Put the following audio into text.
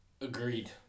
Agreed